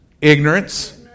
Ignorance